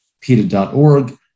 PETA.org